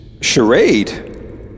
charade